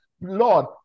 Lord